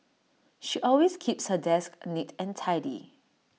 she always keeps her desk neat and tidy